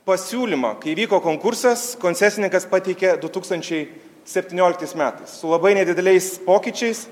pasiūlymą kai vyko konkursas koncesininkas pateikė du tūkstančiai septynioliktais metais su labai nedideliais pokyčiais